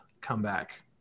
comeback